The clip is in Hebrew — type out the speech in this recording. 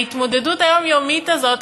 ההתמודדות היומיומיות הזאת,